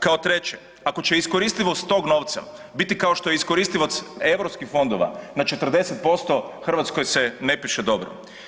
Kao treće, ako će iskoristivost tog novca biti kao što je iskoristivost europskih fondova na 40% Hrvatskoj se ne piše dobro.